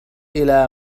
إلى